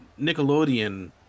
Nickelodeon